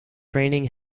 raining